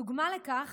דוגמה לכך